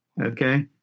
Okay